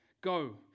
go